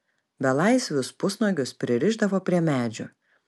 belaisvius pusnuogius pririšdavo prie medžių